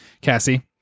cassie